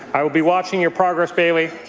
i will be watching your progress, bailey,